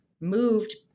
moved